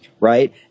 right